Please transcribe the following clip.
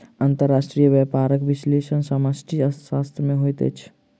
अंतर्राष्ट्रीय व्यापारक विश्लेषण समष्टि अर्थशास्त्र में होइत अछि